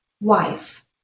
wife